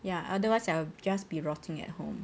ya otherwise I'll just be rotting at home